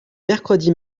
mercredi